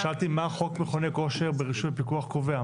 שאלתי מה חוק מכוני כושר ברישוי ופיקוח קובע?